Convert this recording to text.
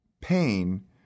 pain